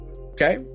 Okay